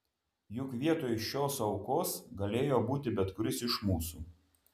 juk vietoj šios aukos galėjo būti bet kuris iš mūsų